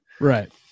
right